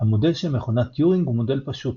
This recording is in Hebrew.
המודל של מכונת טיורינג הוא מודל פשוט,